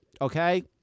okay